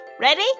Ready